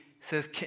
says